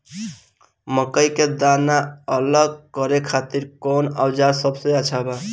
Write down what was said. मकई के दाना अलग करे खातिर कौन औज़ार सबसे अच्छा बा?